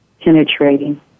penetrating